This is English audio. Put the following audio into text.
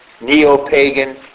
neo-pagan